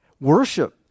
Worship